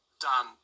done